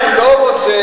אמר שהוא לא רוצה,